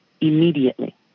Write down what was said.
immediately